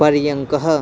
पर्यङ्कः